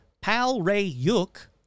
Pal-Ray-Yuk